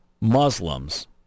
Muslims